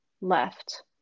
left